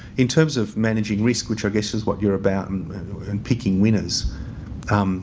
in terms of managing risk, which i guess is what you're about and in picking winners